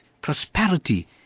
prosperity